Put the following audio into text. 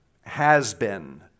has-been